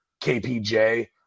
KPJ